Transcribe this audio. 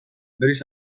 berriz